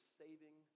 saving